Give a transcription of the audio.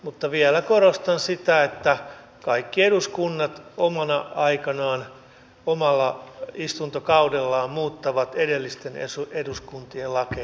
mutta vielä korostan sitä että kaikki eduskunnat omana aikanaan omalla istuntokaudellaan muuttavat edellisten eduskuntien lakeja